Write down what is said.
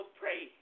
pray